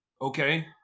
Okay